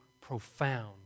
profound